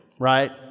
right